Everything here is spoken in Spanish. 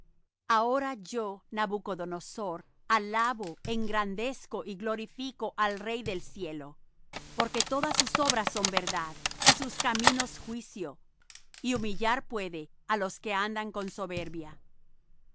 ahora yo nabucodonosor alabo engrandezco y glorifico al rey del cielo porque todas sus obras son verdad y sus caminos juicio y humillar puede á los que andan con soberbia